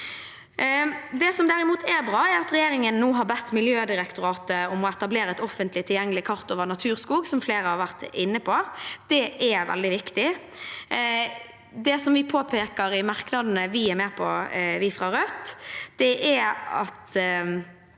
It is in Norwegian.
derimot er bra, er at regjeringen nå har bedt Miljødirektoratet om å etablere et offentlig tilgjengelig kart over naturskog, som flere har vært inne på. Det er veldig viktig. Det vi fra Rødt påpeker i merknadene vi er med på, er at